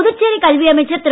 புதுச்சேரி கல்வி அமைச்சர் திரு